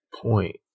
point